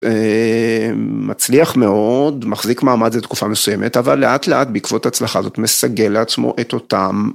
מצליח מאוד, מחזיק מעמד זה תקופה מסוימת, אבל לאט לאט בעקבות הצלחה הזאת מסגל לעצמו את אותם